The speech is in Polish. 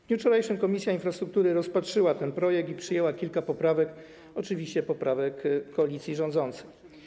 W dniu wczorajszym Komisja Infrastruktury rozpatrzyła ten projekt i przyjęła kilka poprawek, oczywiście poprawek koalicji rządzącej.